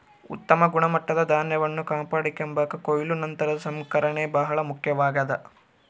ಉತ್ತಮ ಗುಣಮಟ್ಟದ ಧಾನ್ಯವನ್ನು ಕಾಪಾಡಿಕೆಂಬಾಕ ಕೊಯ್ಲು ನಂತರದ ಸಂಸ್ಕರಣೆ ಬಹಳ ಮುಖ್ಯವಾಗ್ಯದ